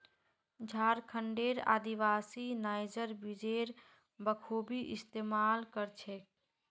झारखंडेर आदिवासी नाइजर बीजेर बखूबी इस्तमाल कर छेक